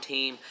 Team